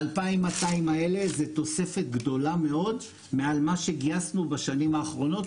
ה-2,200 האלה זו תוספת גדולה מאוד מעל מה שגייסנו בשנים האחרונות,